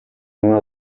uno